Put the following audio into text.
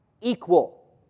Equal